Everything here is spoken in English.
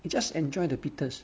you just enjoy the bitters